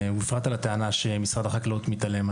ובפרט על הטענה שמשרד החקלאות מתעלם.